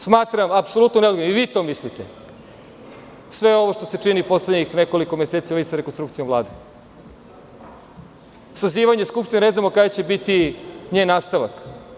Smatram apsolutno neodgovornim, i vi to mislite, sve ovo što se čini poslednjih nekoliko meseci u vezi sa rekonstrukcijom Vlade, sazivanje Skupštine, a ne znamo kada će biti njen nastavak.